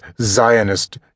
Zionist